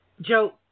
Joe